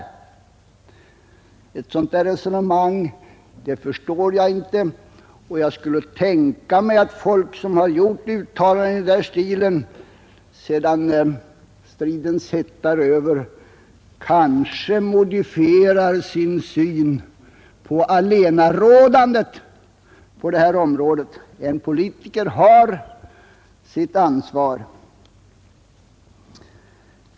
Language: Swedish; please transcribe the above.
Något annat är inte tänkbart, och jag tror att folk som har gjort uttalanden i den stil som jag nämnde modifierar sin syn på allenarådandet inom detta område när väl stridens hetta är över. En politiker har sitt ansvar.